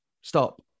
Stop